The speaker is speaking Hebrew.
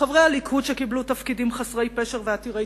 חברי הליכוד שקיבלו תפקידים חסרי פשר ועתירי